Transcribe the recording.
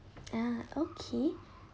ah okay